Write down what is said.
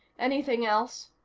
anything else?